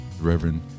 Reverend